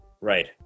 Right